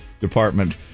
department